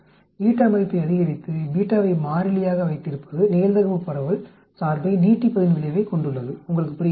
மதிப்பை அதிகரித்து ஐ மாறிலியாக வைத்திருப்பது நிகழ்தகவு பரவல் சார்பை நீட்டிப்பதன் விளைவைக் கொண்டுள்ளது உங்களுக்கு புரிகிறதா